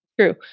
True